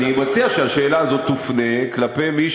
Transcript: אני מציע שהשאלה הזאת תופנה כלפי מי